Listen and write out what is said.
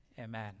amen